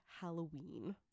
halloween